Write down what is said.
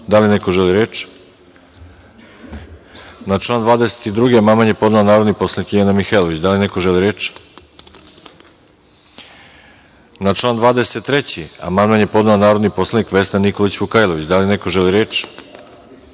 li neko želi reč? Na član 22. amandman je podnela narodni poslanik Ljiljana Mihajlović. Da li neko želi reč? Na član 23. amandman je podnela narodni poslanik Vesna Nikolić Vukajlović. Da li neko želi reč? Na